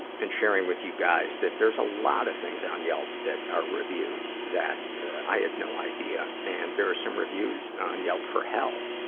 been sharing with you guys that there's a lot of things on yelp that are reviewed that, ah, i had no idea. and there are some reviews on yelp for hell.